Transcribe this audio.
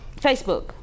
Facebook